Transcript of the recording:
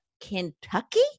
Kentucky